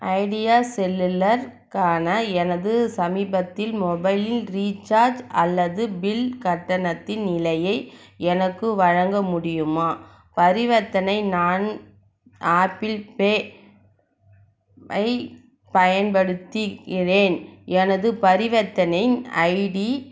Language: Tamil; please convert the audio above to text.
ஐடியா செல்லுலர் கான எனது சமீபத்தில் மொபைலில் ரீச்சார்ஜ் அல்லது பில் கட்டணத்தின் நிலையை எனக்கு வழங்க முடியுமா பரிவர்த்தனை நான் ஆப்பிள் பே வை பயன்படுத்திக்கின்றேன் எனது பரிவர்த்தனை ஐடி